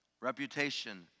reputation